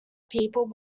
people